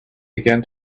began